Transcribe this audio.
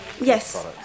yes